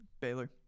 baylor